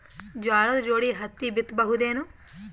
ಜೋಳದ ಜೋಡಿ ಹತ್ತಿ ಬಿತ್ತ ಬಹುದೇನು?